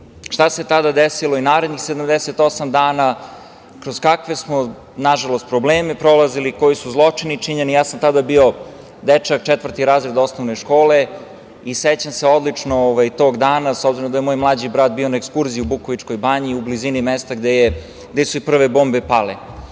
šta se tada desilo i narednih 78 dana, kroz kakve smo nažalost probleme prolazili, koji su zločini činjeni. Ja sam tada bio dečak, četvrti razred osnovne škole i sećam se odlično tog dana, s obzirom da je moj mlađi brat bio na ekskurziji u Bukovičkoj banji u blizini mesta gde su i prve bombe pale. Večna